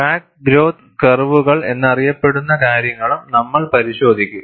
crack growth കർവുകൾ എന്നറിയപ്പെടുന്ന കാര്യങ്ങളും നമ്മൾ പരിശോധിക്കും